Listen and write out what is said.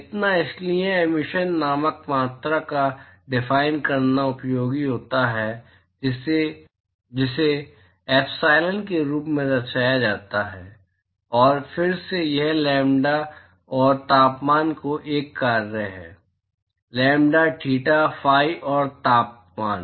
इतना इसलिए एमिशन नामक मात्रा को डफाइन करना उपयोगी होता है जिसे एप्सिलॉन के रूप में दर्शाया जाता है और फिर से यह लैम्ब्डा और तापमान का एक कार्य है लैम्ब्डा थीटा फी और तापमान